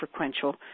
frequential